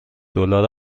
دلار